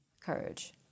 Courage